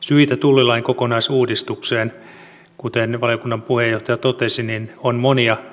syitä tullilain kokonaisuudistukseen kuten valiokunnan puheenjohtaja totesi on monia